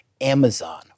Amazon